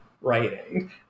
writing